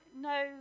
no